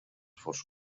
forts